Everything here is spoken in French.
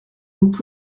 nous